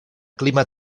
clima